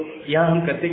यहां हम क्या करते हैं